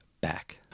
back